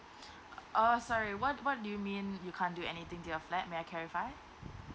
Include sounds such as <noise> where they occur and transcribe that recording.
<breath> oh sorry what what do you mean you can't do anything their flat may I clarify